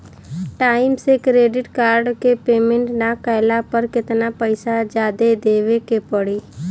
Time से credit card के payment ना कैला पर केतना पईसा जादे देवे के पड़ी?